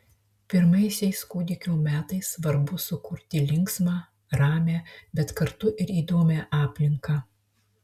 pirmaisiais kūdikio metais svarbu sukurti linksmą ramią bet kartu ir įdomią aplinką